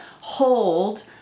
hold